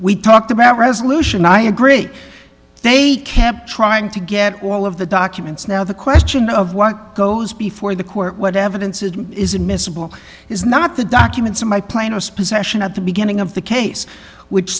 we talked about resolution i agree they kept trying to get all of the documents now the question of what goes before the court what evidence it is admissible is not the documents in my plainest possession at the beginning of the case which